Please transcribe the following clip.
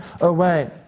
away